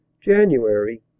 January